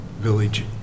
Village